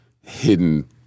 hidden